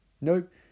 Nope